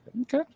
Okay